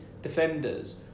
Defenders